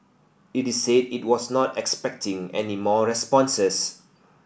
it is said it was not expecting any more responses